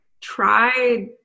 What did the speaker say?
try